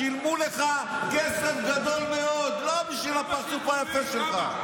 שילמו לך כסף גדול מאוד לא בשביל הפרצוף היפה שלך.